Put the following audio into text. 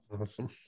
awesome